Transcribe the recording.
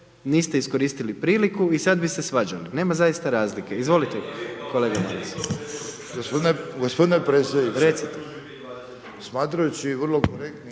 niste iskoristili priliku i sada bi se svađali, nema zaista razlike. Izvolite kolega Maras. **Ostojić, Ranko (SDP)** G. predsjedniče smatrajući vrlo korektnim